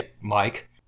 Mike